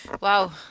Wow